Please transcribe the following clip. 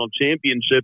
championship